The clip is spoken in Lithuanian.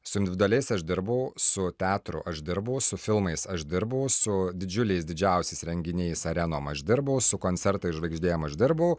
su individualiais aš dirbau su teatru aš dirbau su filmais aš dirbau su didžiuliais didžiausiais renginiais arenom aš dirbau su koncertais žvaigždėm aš dirbau